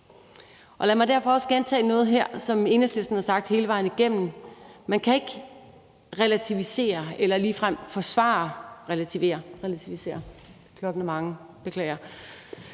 Lad mig derfor også gentage noget her, som Enhedslisten har sagt hele vejen igennem: Man kan ikke relativere eller ligefrem forsvare drab på